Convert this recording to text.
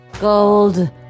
Gold